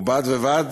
ובד בבד